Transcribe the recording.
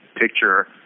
picture